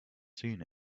seen